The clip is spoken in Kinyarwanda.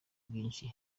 bwinshi